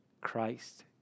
Christ